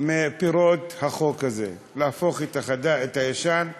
מפירות החוק הזה, להפוך את הישן לחדש?